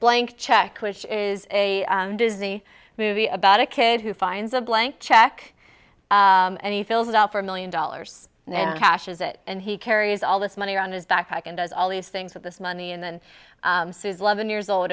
blank check which is a disney movie about a kid who finds a blank check and he fills it out for a million dollars now cashes it and he carries all this money on his backpack and does all these things with this money and then sues loven years old